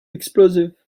explosives